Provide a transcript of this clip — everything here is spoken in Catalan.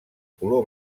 color